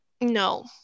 no